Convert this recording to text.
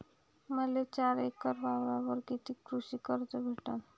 मले चार एकर वावरावर कितीक कृषी कर्ज भेटन?